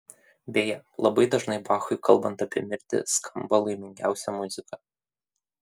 beje labai dažnai bachui kalbant apie mirtį skamba laimingiausia muzika